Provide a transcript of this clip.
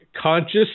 Conscious